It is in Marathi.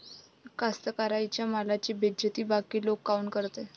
कास्तकाराइच्या मालाची बेइज्जती बाकी लोक काऊन करते?